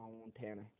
Montana